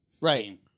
Right